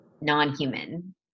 non-human